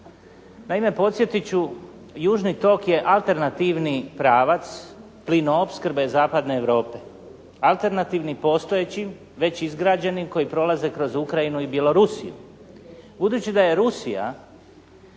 Naime podsjetit ću, južni tok je alternativni pravac plinoopskrbe zapadne Europe. Alternativni, postojeći, već izgrađeni koji prolaze kroz Ukrajinu i Bjelorusiju.